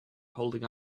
holding